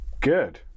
Good